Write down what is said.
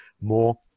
more